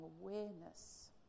awareness